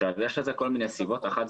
יש לכך סיבות שונות: ראשית,